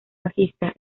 bajista